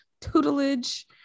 tutelage